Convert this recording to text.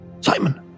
Simon